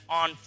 on